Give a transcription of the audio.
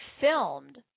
filmed